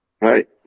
Right